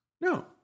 No